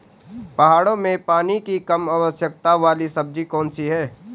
पहाड़ों में पानी की कम आवश्यकता वाली सब्जी कौन कौन सी हैं?